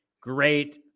great